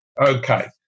Okay